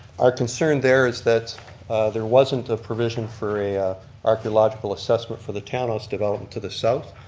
our concern there is that there wasn't a provision for a archeological assessment for the townhouse development to the south.